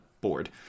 bored